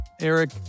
Eric